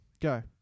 go